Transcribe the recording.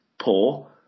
poor